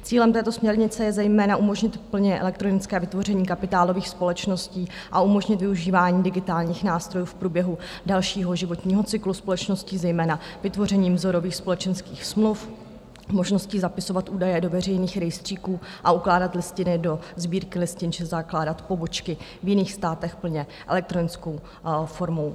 Cílem této směrnice je zejména umožnit plně elektronické vytvoření kapitálových společností a umožnit využívání digitálních nástrojů v průběhu dalšího životního cyklu společností, zejména vytvořením vzorových společenských smluv, možností zapisovat údaje do veřejných rejstříků, ukládat listiny do sbírky listin či zakládat pobočky v jiných státech plně elektronickou formou.